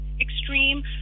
extreme